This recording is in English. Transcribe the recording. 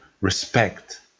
respect